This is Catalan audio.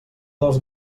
dels